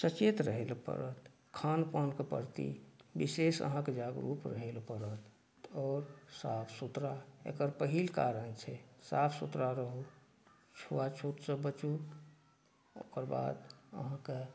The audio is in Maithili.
सचेत रहय लए पड़त खानपानके प्रति विशेष अहाँके जागरूक रहय लए पड़त आओर साफ सुथरा एकर पहिल कारण छै साफ सुथरा रहू छुआछूतसँ बचू ओकरबाद अहाँके